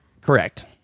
Correct